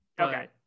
Okay